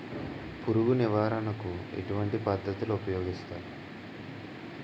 పురుగు నివారణ కు ఎటువంటి పద్ధతులు ఊపయోగిస్తారు?